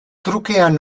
trukean